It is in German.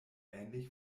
ähnlich